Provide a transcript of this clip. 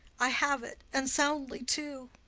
i have it, and soundly too.